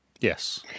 Yes